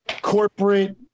corporate